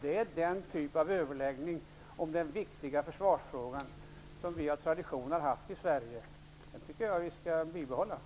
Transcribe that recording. Det är den typ av överläggning om den viktiga försvarsfrågan som vi av tradition har haft i Sverige. Jag tycker att vi skall bibehålla den.